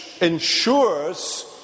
ensures